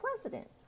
president